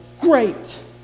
great